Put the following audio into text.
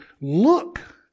look